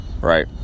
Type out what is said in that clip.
right